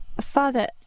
Father